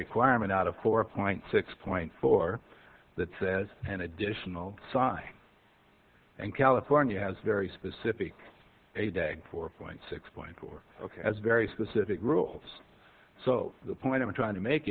requirement out of four point six point four that says an additional sign and california has a very specific a day four point six point four ok as very specific rules so the point i'm trying to make